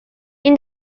این